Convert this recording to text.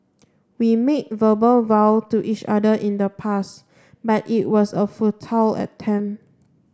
we made verbal vow to each other in the past but it was a futile